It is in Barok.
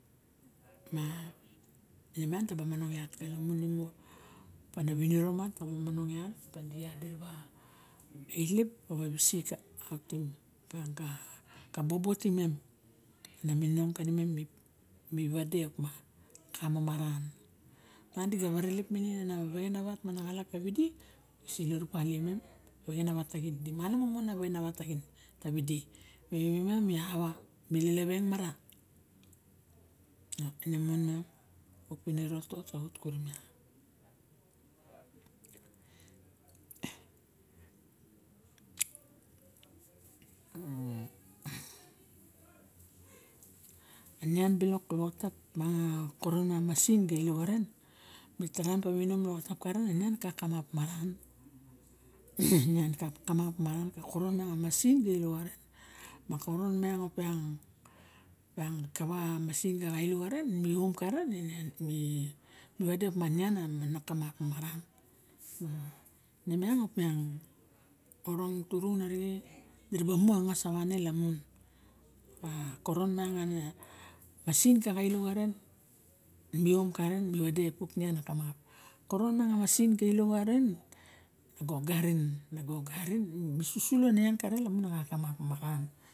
Inemiang taba maneng iat ka nemo mot opa ana winiro ma ta bu manong iat idiat dira ba ilep pawa iswisik nating miang ka bobo timem na minina kanimem nio wade opa kamamaran bang diga ware lep minin ane wexen opa kamamaran bang diga ware lep minin ana wexen a wat tawidi disa iloropalie mem di malamun mon a wexen a wat taxin tawidi di malamun a vexena wat tavidi ma imem ma mi awa mi lele veng mara o ine man muang uk piniro to a man silok a lolotap ma a koron miang a masin na ilo xaren mi tarim a inom loxotap karen a man ka kamap maran karen miang a masin xa xaren mi om karen mi wade opiang a nian na kamap karen ne miang opa orong turn arixe mira ba mu a ngas a wane arixe koron miang a masin ga ka ilo xare i on karen mi wade puk ian ma kamap koron miang a masin ga ilo xaren? Masin